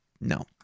no